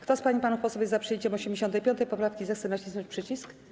Kto z pań i panów posłów jest za przyjęciem 85. poprawki, zechce nacisnąć przycisk.